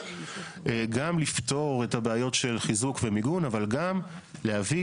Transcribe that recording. גם לפתור את הבעיות של חיזוק ומיגון אבל גם להביא